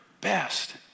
best